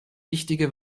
wichtige